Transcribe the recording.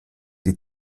die